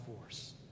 force